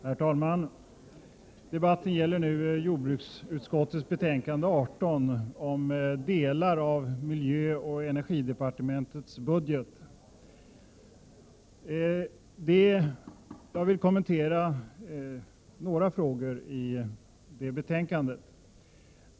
Herr talman! Debatten gäller nu jordbruksutskottets betänkande 18 om delar av miljöoch energidepartementets budget. Jag vill kommentera några frågor i det betänkandet.